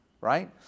right